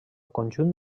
conjunt